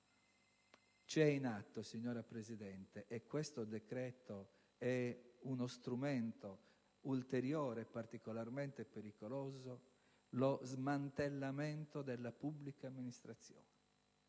È in atto, signora Presidente (e questo decreto è uno strumento ulteriore particolarmente pericoloso), lo smantellamento della pubblica amministrazione,